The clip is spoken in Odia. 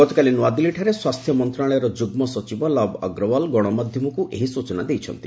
ଗତକାଲି ନୂଆଦିଲ୍ଲୀଠାରେ ସ୍ୱାସ୍ଥ୍ୟ ମନ୍ତ୍ରଣାଳୟର ଯୁଗ୍ମ ସଚିବ ଲବ୍ ଅଗ୍ରୱାଲ ଗଣମାଧ୍ୟମକୁ ଏହି ସୂଚନା ଦେଇଛନ୍ତି